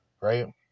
right